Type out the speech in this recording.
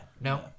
No